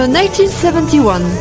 1971